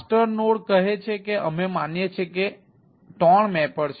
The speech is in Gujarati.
માસ્ટર નોડ કહે છે કે અમે માનીએ છીએ કે ત્રણ મેપર છે